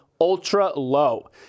ultra-low